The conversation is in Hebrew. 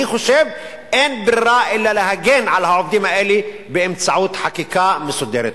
אני חושב שאין ברירה אלא להגן על העובדים האלה באמצעות חקיקה מסודרת.